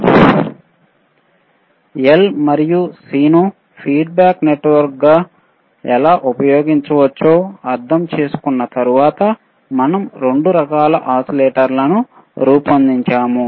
L మరియు C ను feedback నెట్వర్క్గా ఎలా ఉపయోగించవచ్చో అర్థం చేసుకున్న తర్వాత మనం 2 రకాల ఓసిలేటర్లను రూపొందించాము